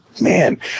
Man